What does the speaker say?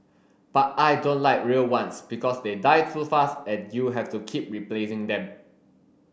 but I don't like real ones because they die too fast and you have to keep replacing them